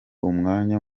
umwanya